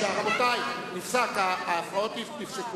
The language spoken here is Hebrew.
רבותי, ההפרעות נפסקו.